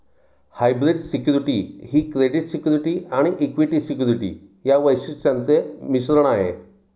hybrid security ही credit security आणि equity security या वैशिष्ट्यांचे मिश्रण आहे